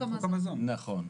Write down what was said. נכון.